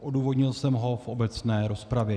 Odůvodnil jsem ho v obecné rozpravě.